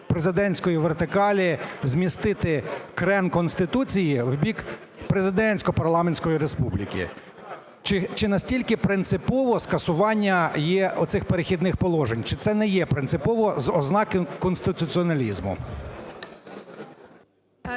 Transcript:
президентської вертикалі змістити крен Конституції в бік президентсько-парламентської республіки? Чи настільки принципово скасування є оцих "Перехідних положень", чи це не є принципово з ознакою конституціоналізму?